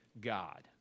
God